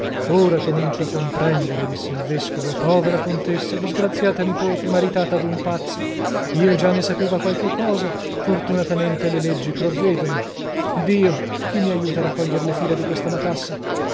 ora comincio a comprendere disse il vescovo povera contessa disgraziata nipote maritata ad un pazzo io già ne sapeva qualche cosa fortunatamente le leggi provvedono dio chi mi aiuta a raccoglier le fila di questa matassa